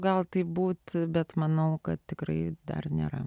gal taip būti bet manau kad tikrai dar nėra